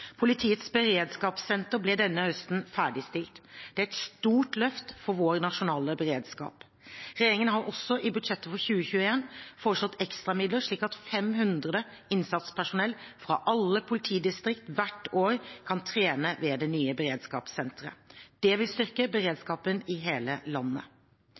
Politiets beredskapssenter ble denne høsten ferdigstilt. Dette er et stort løft for vår nasjonale beredskap. Regjeringen har også i budsjettet for 2021 foreslått ekstra midler slik at 500 innsatspersonell fra alle politidistrikter hvert år kan trene ved det nye beredskapssenteret. Det vil styrke beredskapen i hele landet.